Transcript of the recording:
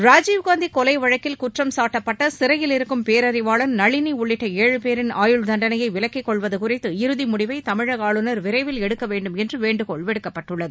ராஜீவ்காந்தி கொலை வழக்கில் குற்றம் காட்டப்பட்ட சிறையிலிருக்கும் பேரறிவாளன் நளினி உள்ளிட்ட ஏழு பேரின் ஆயுள் தண்டனையை விலக்கிக் கொள்வது குறித்து இறுதி முடிவை தமிழக ஆளுநர் விரைவில் எடுக்க வேண்டுமென்று வேண்டுகோள் விடுக்கப்பட்டுள்ளது